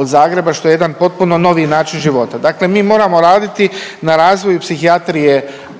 od Zagreba što je jedan potpuno novi način života. Dakle mi moramo raditi na razvoju psihijatrije